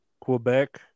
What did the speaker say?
Quebec